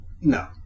No